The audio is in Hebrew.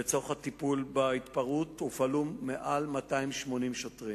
לצורך הטיפול בהתפרעות הופעלו יותר מ-280 שוטרים.